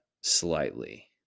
slightly